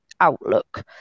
outlook